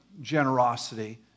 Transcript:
generosity